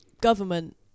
government